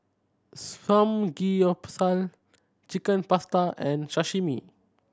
Samgeyopsal Chicken Pasta and Sashimi